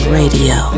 radio